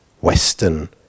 Western